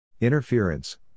Interference